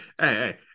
Hey